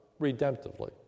redemptively